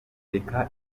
reka